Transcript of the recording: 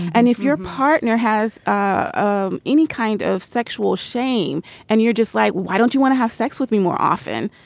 and if your partner has ah any kind of sexual shame and you're just like why don't you want to have sex with me more often.